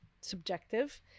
subjective